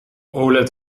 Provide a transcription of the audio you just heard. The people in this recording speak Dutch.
oled